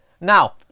Now